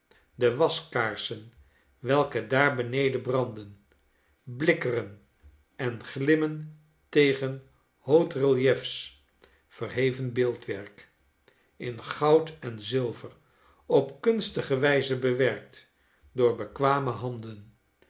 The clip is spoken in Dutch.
de waskaarsen welke daar beneden branden blikkeren en glimmen tegen reliefs verheven beeldwerk in goud en zilver op kunstige wijze bewerkt door bekwame handen